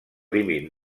límit